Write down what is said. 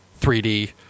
3D